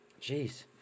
Jeez